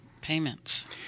payments